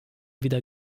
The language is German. wieder